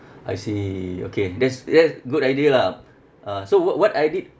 I see okay that's that's good idea lah uh so what what I did